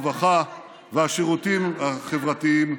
הרווחה והשירותים החברתיים,